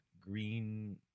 Green